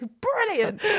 brilliant